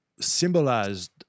symbolized